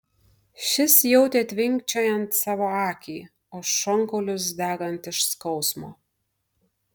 šis jautė tvinkčiojant savo akį o šonkaulius degant iš skausmo